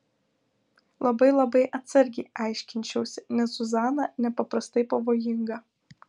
labai labai atsargiai aiškinčiausi nes zuzana nepaprastai pavojinga